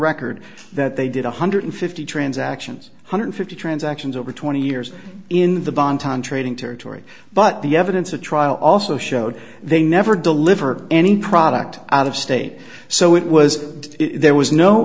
record that they did one hundred fifty transactions hundred fifty transactions over twenty years in the bond trading territory but the evidence of trial also showed they never delivered any product out of state so it was there was no